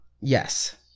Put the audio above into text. Yes